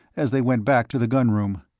as they went back to the gun room.